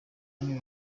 bamwe